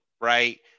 right